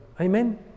Amen